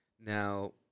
Now